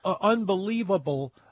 unbelievable